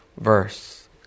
verse